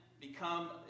become